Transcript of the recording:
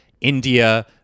India